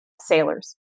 sailors